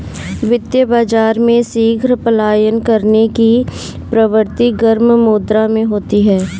वित्तीय बाजार में शीघ्र पलायन करने की प्रवृत्ति गर्म मुद्रा में होती है